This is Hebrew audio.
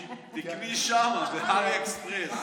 מי תופר?